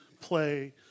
play